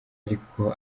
ariko